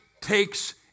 takes